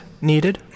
needed